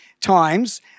times